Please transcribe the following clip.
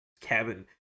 cabin